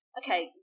okay